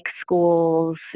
schools